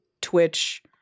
Twitch